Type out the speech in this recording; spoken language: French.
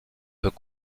peut